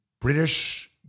British